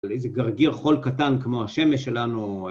על איזה גרגיר חול קטן כמו השמש שלנו...